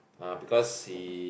uh because he